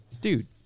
Dude